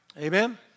Amen